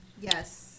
Yes